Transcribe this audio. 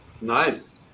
nice